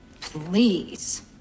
Please